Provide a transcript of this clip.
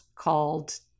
called